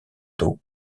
d’eau